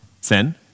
sin